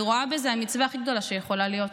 אני רואה בזה את המצווה הכי גדולה שיכולה להיות.